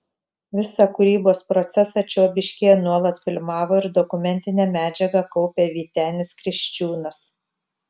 visą kūrybos procesą čiobiškyje nuolat filmavo ir dokumentinę medžiagą kaupė vytenis kriščiūnas